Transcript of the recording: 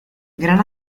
gran